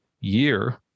year